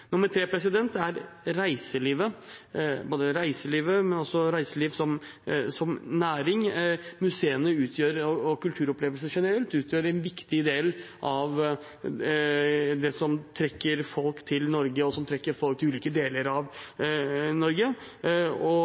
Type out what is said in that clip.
Reiselivet Reiselivet som næring og kulturopplevelser generelt utgjør en viktig del av det som trekker folk til Norge, og som trekker folk til ulike deler av Norge.